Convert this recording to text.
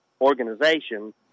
organization